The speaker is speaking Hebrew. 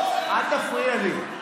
אל תפריע לי.